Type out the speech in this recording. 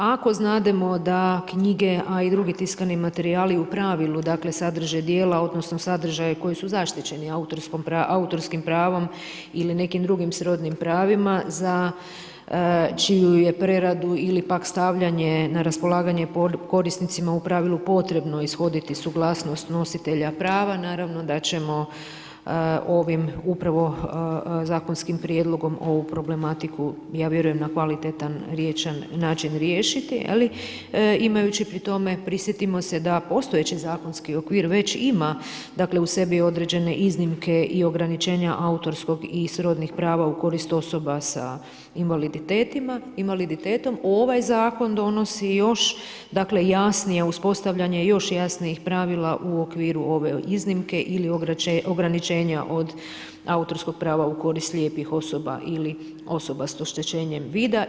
Ako znademo da knjige, a i drugi tiskani materijali u pravilu sadrže djela, odnosno sadržaje koji su zaštićeni autorskim pravom ili nekim drugim srodnim pravima za čiju je preradu ili pak stavljanje na raspolaganje korisnicima u pravilu potrebno ishoditi suglasnost nositelja prava, naravno da ćemo ovim upravo zakonskim prijedlogom ovu problematiku, ja vjerujem na kvalitetan način riješiti, imajući pri tome, prisjetimo se da postojeći zakonski okvir već ima dakle u sebi određene iznimke i ograničenja autorskog i srodnih prava u korist osoba sa invaliditetom, ovaj zakon donosi još jasnije uspostavljanje još jasnijih pravila u okviru ove iznimke ili ograničenja od autorskog prava u korist slijepih osoba ili osoba s oštećenjem vida.